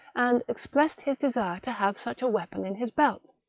and expressed his desire to have such a weapon in his belt.